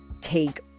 take